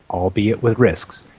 albeit with risks.